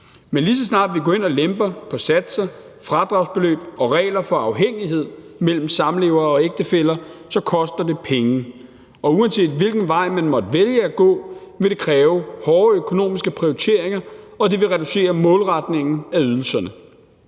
Men lige så snart vi går ind og lemper på satser, fradragsbeløb og regler for afhængighed mellem samlevere og ægtefæller, koster det penge, og uanset hvilken vej man måtte vælge at gå, vil det kræve hårde økonomiske prioriteringer, og det vil reducere målretningen af ydelserne.